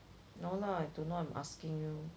no lah I don't know I'm asking you